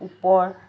ওপৰ